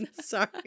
Sorry